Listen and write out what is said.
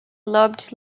lobed